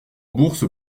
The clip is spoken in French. bourse